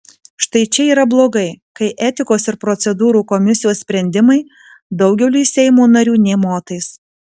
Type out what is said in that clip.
štai čia yra blogai kai etikos ir procedūrų komisijos sprendimai daugeliui seimo narių nė motais